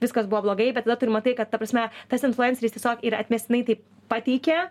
viskas buvo blogai bet tu ir matai kad ta prasme tas influenceris tiesiog ir atmestinai tai pateikė